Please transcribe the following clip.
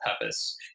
purpose